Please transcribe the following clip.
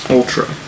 Ultra